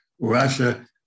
Russia